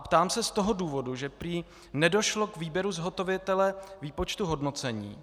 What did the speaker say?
Ptám se z toho důvodu, že prý nedošlo k výběru zhotovitele výpočtu hodnocení.